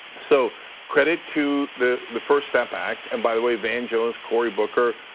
so credit to the the first step act and by the way van jones, cory booker,